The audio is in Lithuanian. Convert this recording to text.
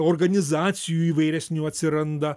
organizacijų įvairesnių atsiranda